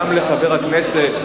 גם לחבר הכנסת,